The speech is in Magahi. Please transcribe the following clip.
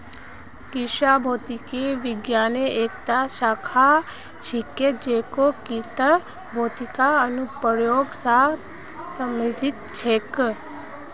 कृषि भौतिकी विज्ञानेर एकता शाखा छिके जेको कृषित भौतिकीर अनुप्रयोग स संबंधित छेक